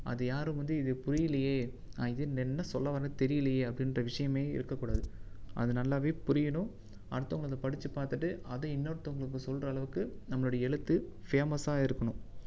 அது யாரும் வந்து இது புரியலயே இது என்ன சொல்ல வர்ற தெரியலயே அப்படின்ற விஷயமே இருக்கக் கூடாது அது நல்லாவே புரியணும் அடுத்தவங்க அதை படிச்சு பார்த்துட்டு அதை இன்னொருத்தவங்களுக்கு சொல்லுற அளவுக்கு நம்மளுடைய எழுத்து ஃபேமஸாக இருக்கணும்